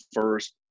first